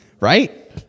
Right